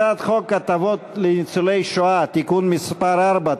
הצעת חוק הטבות לניצולי שואה (תיקון מס' 4),